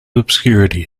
obscurity